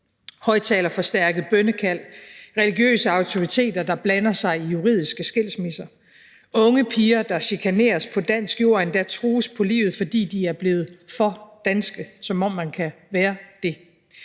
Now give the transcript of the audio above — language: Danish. højtalerforstærkede bønnekald; religiøse autoriteter, der blander sig i juridiske skilsmisser; unge piger, der chikaneres på dansk jord og endda trues på livet, fordi de er blevet for danske – som om man kan være det;